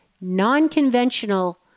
non-conventional